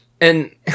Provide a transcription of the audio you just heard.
and-